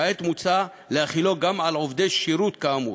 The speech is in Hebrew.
כעת, מוצע להחילו גם על עובדי שירות כאמור.